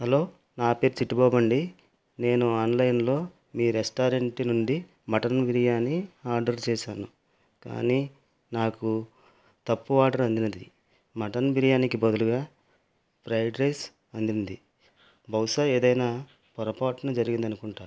hello నా పేరు చిట్టిబాబు అండి నేను ఆన్లైన్లో మీ రెస్టారెంట్ నుండి మటన్ బిర్యానీ ఆర్డర్ చేశాను కానీ నాకు తప్పు ఆర్డర్ అందింది మటన్ బిర్యానీకి బదులుగా ఫ్రైడ్ రైస్ అందింది బహుశా ఏదైనా పొరపాటున జరిగింది అనుకుంటా